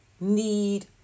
need